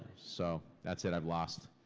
so, that's it. i've lost.